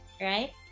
Right